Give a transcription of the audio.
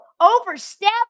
overstep